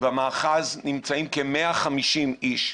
במאחז נמצאים כ-150 איש,